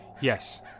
Yes